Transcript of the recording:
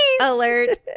alert